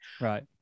right